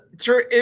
true